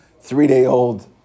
three-day-old